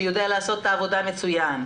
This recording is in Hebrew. שיודע לעשות את העבודה מצוין,